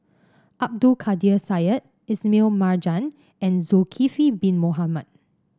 Abdul Kadir Syed Ismail Marjan and Zulkifli Bin Mohamed